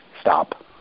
Stop